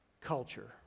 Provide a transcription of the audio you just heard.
culture